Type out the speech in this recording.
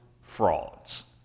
frauds